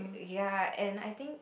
ya and I think